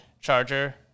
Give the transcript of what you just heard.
charger